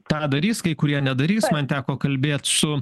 tą darys kai kurie nedarys man teko kalbėt su